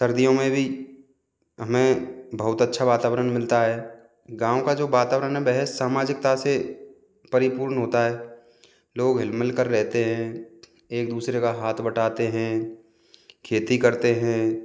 सर्दियों में भी हमें बहुत अच्छा वातावरण मिलता है गाँव का जो वातावरण है वह समाजिकता से परिपूर्ण होता है लोग हिल मिल कर रहते हैं एक दूसरे का हाथ बटाते हैं खेती करते हैं